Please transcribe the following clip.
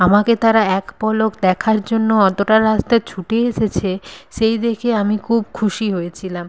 আমাকে তারা এক পলক দেখার জন্য অতোটা রাস্তা ছুটে এসেছে সেই দেখে আমি খুব খুশি হয়েছিলাম